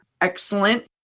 Excellent